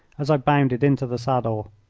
as i bounded into the saddle.